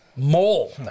Mole